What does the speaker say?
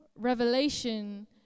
Revelation